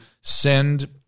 send